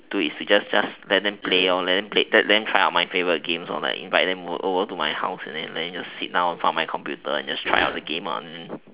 into it is to just just let them play let them play let let let them try out my games or like invite them to over over to my house and just sit down in front of the computer and just try out the games